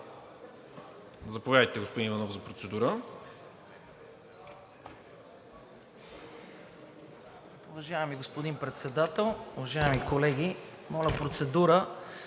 Заповядайте, господин Ананиев, за процедура.